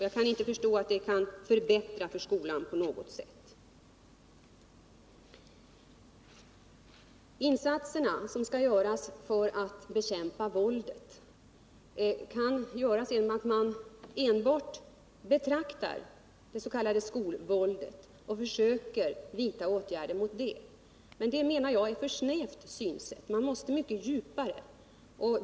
Jag kan inte förstå att det på något sätt skulle kunna förbättra för skolan. När det gäller insatserna för att bekämpa våldet kan man inskränka sig till att enbart se på det s.k. skolvåldet som sådant och sedan försöka vidta åtgärder. Enligt min mening är dock detta ett alltför snävt synsätt. Man måste gå mycket djupare.